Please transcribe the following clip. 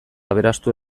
aberastu